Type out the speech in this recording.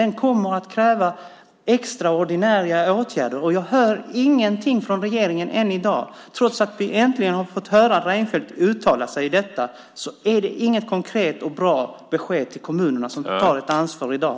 Den kommer att kräva extraordinära åtgärder, och jag hör ingenting från regeringen än i dag. Trots att vi äntligen har fått höra Reinfeldt uttala sig i detta så är det inget konkret och bra besked till kommunerna som tar ett ansvar i dag.